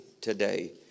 today